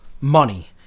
money